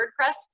WordPress